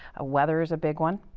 weather's a big one,